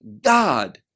God